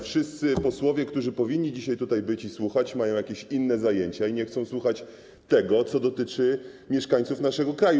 Wszyscy posłowie, którzy powinni dzisiaj tutaj być i słuchać, mają jakieś inne zajęcia i nie chcą słuchać tego, co dotyczy mieszkańców naszego kraju.